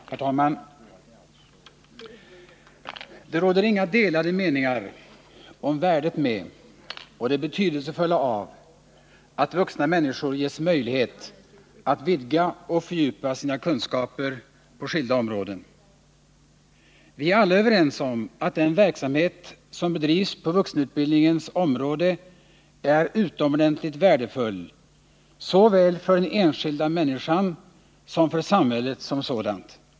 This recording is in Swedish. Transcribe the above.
Herr talman! Det råder inga delade meningar om värdet av och det betydelsefulla i att vuxna människor ges möjlighet att vidga och fördjupa sina kunskaper på skilda områden. Vi är alla överens om att den verksamhet som bedrivs på vuxenutbildningens område är utomordentligt värdefull såväl för den enskilda människan som för samhället som sådant.